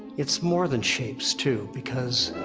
it's more than shapes, too, because.